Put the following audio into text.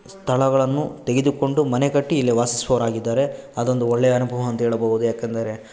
ಸ್ಥಳಗಳನ್ನು ತೆಗೆದುಕೊಂಡು ಮನೆ ಕಟ್ಟಿ ಇಲ್ಲೆ ವಾಸಿಸುವವರಾಗಿದ್ದಾರೆ ಅದೊಂದು ಒಳ್ಳೆಯ ಅನುಭವ ಅಂತ ಹೇಳಬಹುದು ಏಕೆಂದರೆ